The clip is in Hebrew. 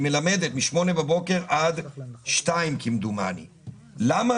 היא מלמדת מ-08:00 בבוקר עד 14:00. למה